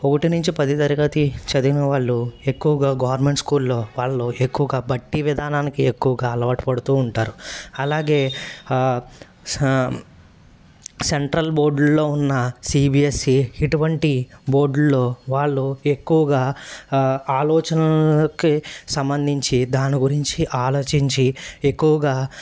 ఒకటి నుంచి పది తరగతి చదివిన వాళ్ళు ఎక్కువగా గవర్నమెంట్ స్కూల్లో వాళ్ళు ఎక్కువగా బట్టి విధానానికి ఎక్కువగా అలవాటు పడుతూ ఉంటారు అలాగే సెంట్రల్ బోర్డుల్లో ఉన్న సీ బీ ఎస్ ఈ ఇటువంటి బోర్డుల్లో వాళ్ళు ఎక్కువగా ఆలోచనలకి సంబంధించి దాని గురించి ఆలోచించి ఎక్కువగా